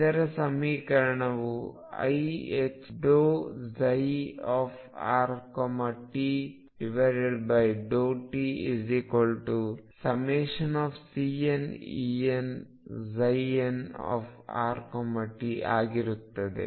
ಇದರ ಸಮೀಕರಣವು iℏ∂ψrt∂t∑CnEnnrt ಆಗಿರುತ್ತದೆ